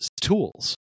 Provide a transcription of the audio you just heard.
tools